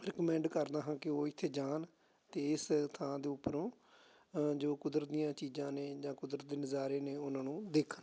recommend ਕਰਦਾ ਹਾਂ ਕਿ ਉਹ ਇੱਥੇ ਜਾਣ ਅਤੇ ਇਸ ਥਾਂ ਦੇ ਉੱਪਰੋਂ ਜੋ ਕੁਦਰਤ ਦੀਆਂ ਚੀਜ਼ਾਂ ਨੇ ਜਾਂ ਕੁਦਰਤ ਦੇ ਨਜ਼ਾਰੇ ਨੇ ਉਹਨਾਂ ਨੂੰ ਦੇਖਣ